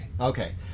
Okay